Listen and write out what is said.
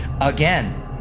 again